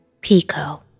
Pico